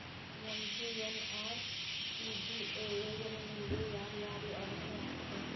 MGNREGA ಯೋಜನೆಗೆ ಯಾರ ಯಾರು ಅರ್ಹರು ಆಗ್ತಾರ?